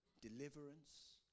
deliverance